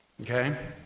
Okay